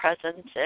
presence